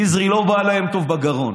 נזרי לא בא להם טוב בגרון,